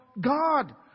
god